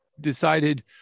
decided